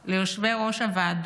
ליושבי-ראש הוועדות,